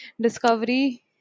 discovery